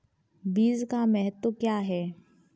बीज का महत्व क्या है?